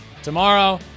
Tomorrow